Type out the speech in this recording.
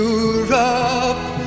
Europe